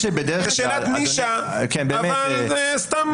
זאת שאלת נישה, אבל שאלתי.